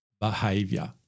behavior